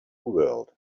world